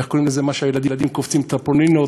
איך קוראים למה שהילדים קופצים, טרמפולינות,